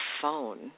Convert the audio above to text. phone